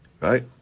right